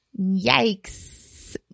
Yikes